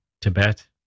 Tibet